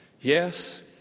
Yes